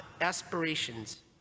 aspirations